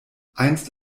einst